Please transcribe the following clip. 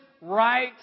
right